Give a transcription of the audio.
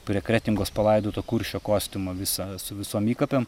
prie kretingos palaidoto kuršio kostiumą visą su visom įkapėm